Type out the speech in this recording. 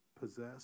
possess